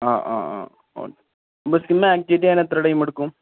ആ ആ ആ ഓ നമ്മൾ സിമ്മ് ആക്ടിവിറ്റ് ചെയ്യാൻ എത്ര ടൈമെ എടുക്കും